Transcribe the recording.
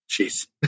jeez